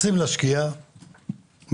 רוצים להשקיע במתקנים,